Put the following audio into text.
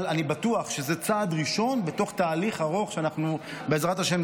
אבל אני בטוח שזה צעד ראשון בתוך תהליך ארוך שאנחנו נצלח,